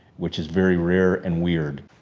which is very rare and weird.